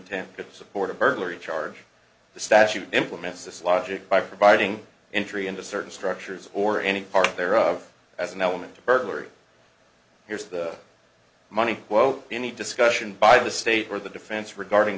t to support a burglary charge the statute implements this logic by providing entry into certain structures or any part thereof as an element of burglary here's the money quote any discussion by the state or the defense regarding